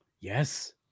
Yes